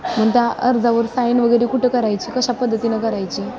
पण त्या अर्जावर साईन वगैरे कुठं करायची कशा पद्धतीनं करायची